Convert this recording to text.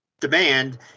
demand